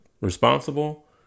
responsible